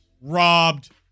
robbed